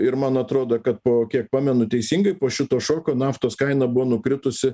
ir man atrodo kad po kiek pamenu teisingai po šito šoko naftos kaina buvo nukritusi